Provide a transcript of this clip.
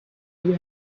you